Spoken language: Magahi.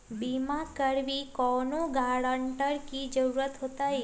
बिमा करबी कैउनो गारंटर की जरूरत होई?